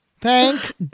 Thank